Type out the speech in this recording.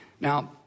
Now